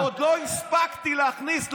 ועוד לא הספקתי להכניס,